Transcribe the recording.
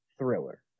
Thriller